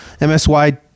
MSY